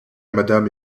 madame